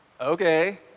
okay